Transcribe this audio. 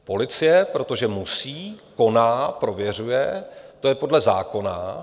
Policie, protože musí, koná, prověřuje, to je podle zákona.